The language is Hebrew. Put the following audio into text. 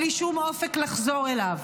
בלי שום אופק לחזור אליו,